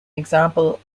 example